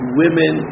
women